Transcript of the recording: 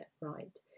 right